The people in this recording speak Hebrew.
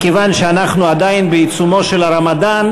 מכיוון שאנחנו עדיין בעיצומו של הרמדאן,